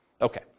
Okay